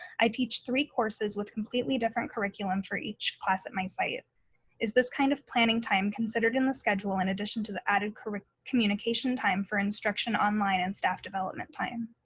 i teach three courses with completely different curriculum for each class at my site. is this kind of planning time considered in the schedule in addition to the added communication time for instruction online and staff development time?